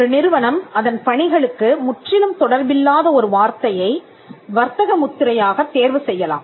ஒரு நிறுவனம் அதன் பணிகளுக்கு முற்றிலும் தொடர்பில்லாத ஒரு வார்த்தையை வர்த்தக முத்திரையாகத் தேர்வு செய்யலாம்